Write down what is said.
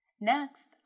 Next